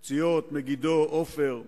"קציעות", "מגידו", "עופר"